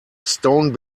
stone